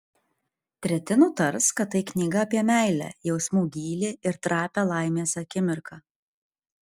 treti nutars kad tai knyga apie meilę jausmų gylį ir trapią laimės akimirką